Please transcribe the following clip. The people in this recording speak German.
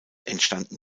entstanden